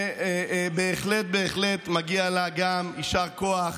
שבהחלט מגיע לה גם יישר כוח.